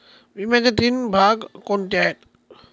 विम्याचे तीन भाग कोणते आहेत?